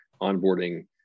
onboarding